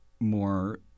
more